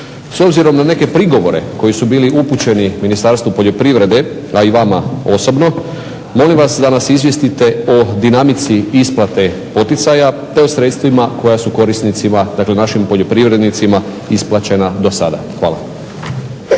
S obzirom na neke prigovore koji su bili upućeni Ministarstvu poljoprivrede, a i vama osobno molim va da nas izvijestite o dinamici isplate poticaja te o sredstvima koja su korisnicima dakle našim poljoprivrednicima isplaćena do sada? Hvala.